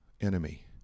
enemy